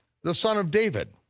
the son of david.